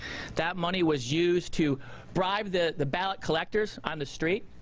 that money was used to bribe the the ballot collectors on the street,